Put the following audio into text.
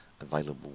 available